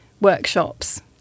workshops